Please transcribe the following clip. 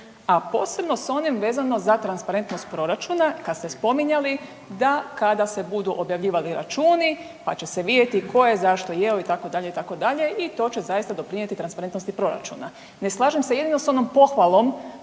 a posebno s onim vezano za transparentnost proračuna kad ste spominjali da kada se budu objavljivali računi pa će se vidjeti tko je zašto jeo, itd., itd., i to će zaista doprinijeti transparentnosti proračuna. Ne slažem se jedino s onom pohvalom